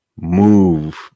move